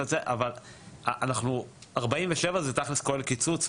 אבל 47 זה תכלס כל קיצוץ.